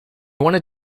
wanted